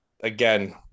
again